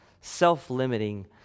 self-limiting